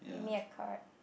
give me a card